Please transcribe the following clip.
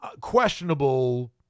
questionable